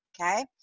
Okay